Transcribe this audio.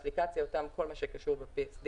אותה אפליקציה, כל מה שקשור ב-PSD.